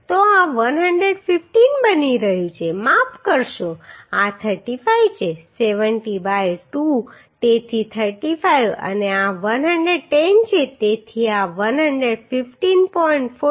તો આ 115 બની રહ્યું છે માફ કરશો આ 35 છે 70 બાય 2 તેથી 35 અને આ 110 છે તેથી આ 115